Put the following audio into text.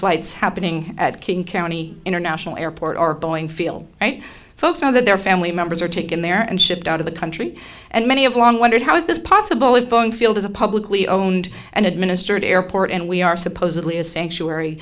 flights happening at king county international airport or boeing field folks know that their family members are taken there and shipped out of the country and many of long wondered how is this possible if boeing field is a publicly owned and administered airport and we are supposedly a sanctuary